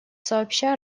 сообща